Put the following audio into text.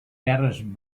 terres